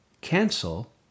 cancel